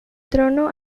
trono